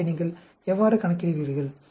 எனவே நீங்கள் எவ்வாறு கணக்கிடுவீர்கள்